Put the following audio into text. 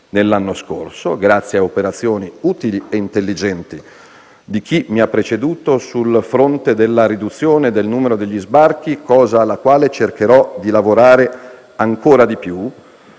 nell'anno scorso, grazie a operazioni utili e intelligenti di chi mi ha preceduto, sul fronte della riduzione del numero degli sbarchi, cosa alla quale cercherò di lavorare ancora di più.